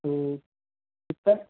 तो कितना